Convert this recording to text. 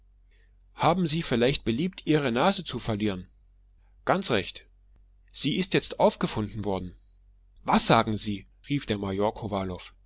haben sie vielleicht beliebt ihre nase zu verlieren ganz recht sie ist jetzt aufgefunden worden was sagen sie rief der